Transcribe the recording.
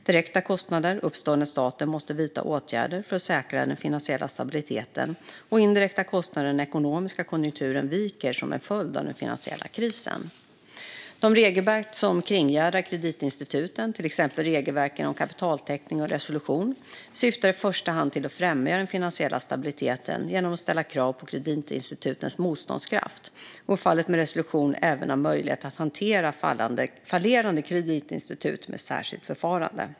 Direkta kostnader uppstår när staten måste vidta åtgärder för att säkra den finansiella stabiliteten, och indirekta kostnader uppstår när den ekonomiska konjunkturen viker som en följd av den finansiella krisen. De regelverk som kringgärdar kreditinstituten, till exempel regelverken om kapitaltäckning och resolution, syftar i första hand till att främja den finansiella stabiliteten genom att ställa krav på kreditinstitutens motståndskraft och i fallet med resolution även ha möjlighet att hantera fallerande kreditinstitut med ett särskilt förfarande.